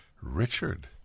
Richard